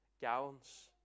gallons